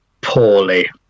poorly